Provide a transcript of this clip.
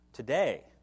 Today